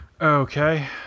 okay